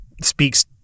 speaks